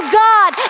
god